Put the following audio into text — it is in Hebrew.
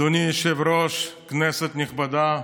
אדוני היושב-ראש, כנסת נכבדה,